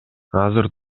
азыр